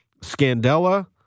Scandella